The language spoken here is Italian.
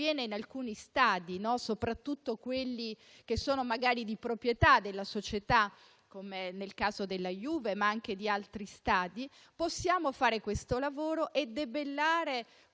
in alcuni stadi, soprattutto in quelli che sono magari di proprietà della società come nel caso della Juve, ma anche di altre squadre, dobbiamo fare questo lavoro e debellare